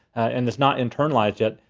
and it's not internalized yet,